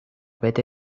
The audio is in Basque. bete